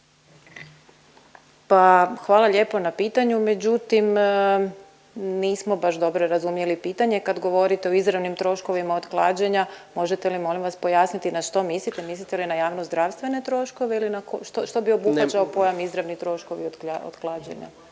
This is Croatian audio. Pa hvala lijepo na pitanju međutim nismo baš dobro razumjeli pitanje. Kad govorite o izravnim troškovima od klađenja možete li molim vas pojasniti na što mislite? Mislite li na javnozdravstvene troškove ili na ko… što bi obuhvaćao pojam izravni troškovi od klađenja?